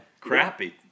crappy